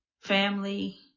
family